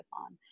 on